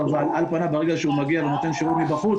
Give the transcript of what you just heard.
אבל ברגע שהוא נותן שירות מבחוץ,